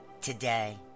today